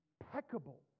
impeccable